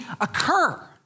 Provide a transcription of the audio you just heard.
occur